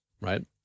right